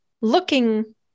looking